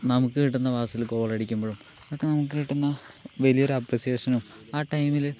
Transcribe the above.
നമുക്ക് കിട്ടുന്ന പാസിൽ ഗോളടിക്കുമ്പോഴും അതൊക്കെ നമുക്ക് കിട്ടുന്ന വലിയൊരു അപ്പ്രിസിയേഷനും ആ ടൈമില്